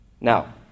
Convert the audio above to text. Now